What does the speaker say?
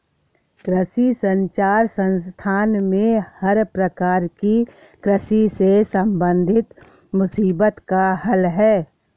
कृषि संचार संस्थान में हर प्रकार की कृषि से संबंधित मुसीबत का हल है